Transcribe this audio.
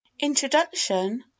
INTRODUCTION